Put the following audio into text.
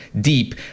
deep